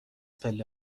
پله